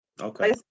Okay